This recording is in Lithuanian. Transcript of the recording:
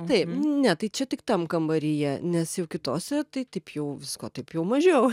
taip ne tai čia tik tam kambaryje nes jau kitose tai taip jau visko taip jau mažiau